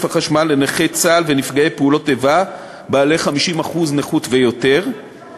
החשמל לנכי צה"ל ונפגעי פעולות איבה בעלי 50% נכות ויותר,